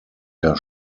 der